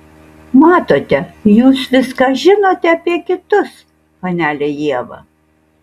matote jūs viską žinote apie kitus panele ieva